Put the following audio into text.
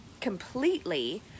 completely